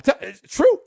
True